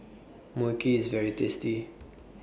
Mui Kee IS very tasty